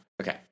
Okay